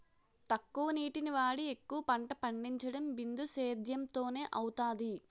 తక్కువ నీటిని వాడి ఎక్కువ పంట పండించడం బిందుసేధ్యేమ్ తోనే అవుతాది